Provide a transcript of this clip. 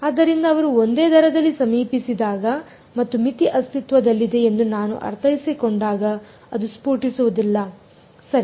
ಆದ್ದರಿಂದ ಅವರು ಒಂದೇ ದರದಲ್ಲಿ ಸಮೀಪಿಸಿದಾಗ ಮತ್ತು ಮಿತಿ ಅಸ್ತಿತ್ವದಲ್ಲಿದೆ ಎಂದು ನಾನು ಅರ್ಥೈಸಿಕೊಂಡಾಗ ಅದು ಸ್ಫೋಟಿಸುವುದಿಲ್ಲ ಸರಿ